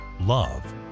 love